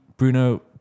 Bruno